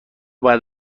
بعد